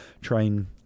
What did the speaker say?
train